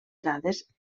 dades